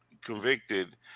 convicted